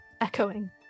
echoing